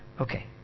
okay